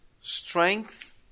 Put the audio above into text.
Strength